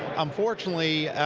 unfortunately,